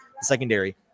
secondary